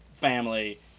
family